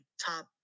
top